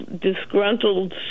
disgruntled